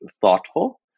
thoughtful